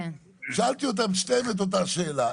שאלתי את שניהם את אותה שאלה,